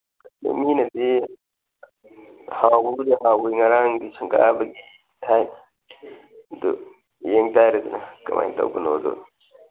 ꯑꯗꯨ ꯃꯤꯅꯗꯤ ꯍꯥꯎꯕꯕꯨꯗ ꯍꯥꯎꯋꯤ ꯉꯔꯥꯡꯒꯤ ꯁꯪꯒꯥꯕꯒꯤ ꯑꯗꯨ ꯌꯦꯡ ꯇꯥꯔꯦꯗꯅ ꯀꯃꯥꯏꯅ ꯇꯧꯕꯅꯣꯗꯨ